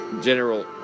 General